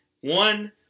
One